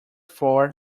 floor